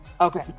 Okay